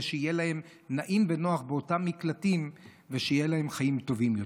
שיהיה להן נעים ונוח באותם מקלטים ושיהיו להן חיים טובים יותר.